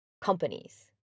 companies